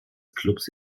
clubs